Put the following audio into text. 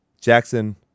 jackson